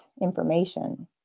information